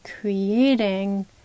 creating